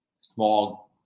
small